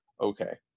okay